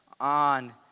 on